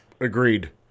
Agreed